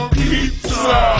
pizza